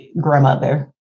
grandmother